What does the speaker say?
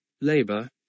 labor